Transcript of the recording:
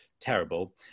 Terrible